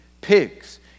pigs